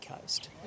coast